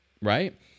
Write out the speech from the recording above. right